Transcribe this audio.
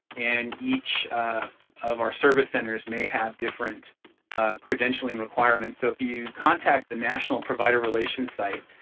and each of our service centers may have different credentialing requirements. so if you contact the national provider relations site,